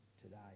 today